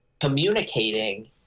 communicating